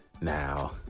Now